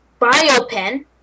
Biopen